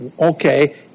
okay